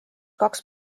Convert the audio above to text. kaks